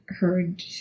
heard